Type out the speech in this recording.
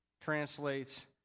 translates